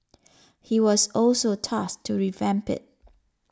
he was also tasked to revamp it